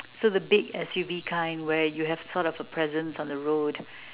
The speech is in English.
so the big S_U_V kind where you have sort of a presence on the road